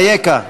אייכה?